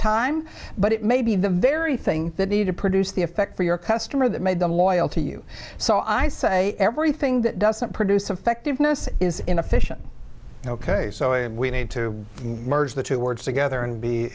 time but it may be the very thing that need to produce the effect for your customer that made them loyal to you so i say everything that doesn't produce effectiveness is inefficient ok so if we need to merge the two words together and be